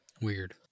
Weird